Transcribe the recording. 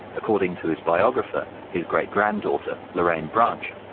according to his biographer, his great granddaughter, lorayne branch,